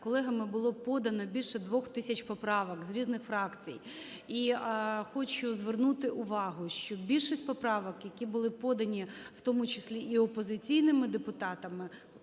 колегами було подано більше 2 тисяч поправок з різних фракцій. І хочу звернути увагу, що більшість поправок, які були подані в тому числі і опозиційними депутатами,